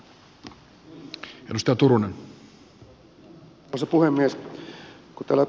arvoisa puhemies